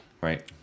Right